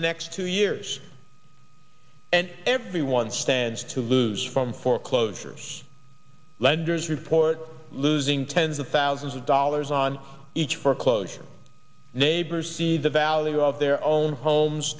the next two years and everyone stands to lose from foreclosures lenders report losing tens of thousands of dollars on each foreclosure neighbors see the value of their own homes